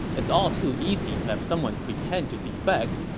it's all too easy to have someone pretend to defect,